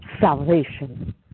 salvation